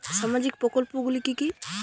সামাজিক প্রকল্পগুলি কি কি?